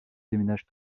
déménage